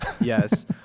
Yes